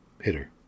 hitter